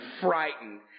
frightened